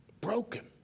broken